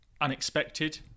unexpected